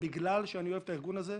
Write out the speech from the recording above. בגלל שאני אוהב את הארגון הזה.